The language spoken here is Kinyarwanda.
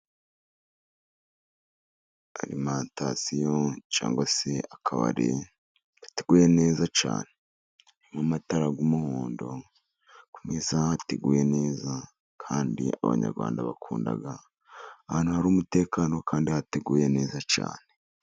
Alimantasiyo cyangwa se akabari gateguye neza cyane, harimo amatara y'umuhondo, ku meza hateguye neza, kandi abanyarwanda bakunda ahantu hari umutekano, kandi hateguye neza cyane.